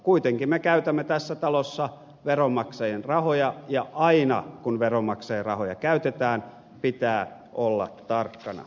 kuitenkin me käytämme tässä talossa veronmaksajien rahoja ja aina kun veronmaksajien rahoja käytetään pitää olla tarkkana